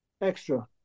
extra